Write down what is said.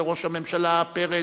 לראש הממשלה פרס,